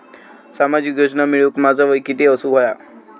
सामाजिक योजना मिळवूक माझा वय किती असूक व्हया?